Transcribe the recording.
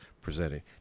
presenting